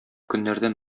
көннәрдән